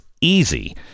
easy